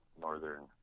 northern